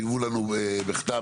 יובאו לנו בכתב,